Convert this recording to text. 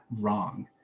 wrong